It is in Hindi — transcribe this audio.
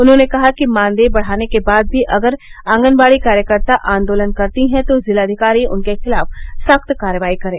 उन्होंने कहा कि मानदेय बढ़ाने के बाद भी अगर आंगनबाढ़ी कार्यकर्ता आंरोलन करती हैं तो जिलाधिकारी उनके खिलाफ सख्त कार्रवाई करें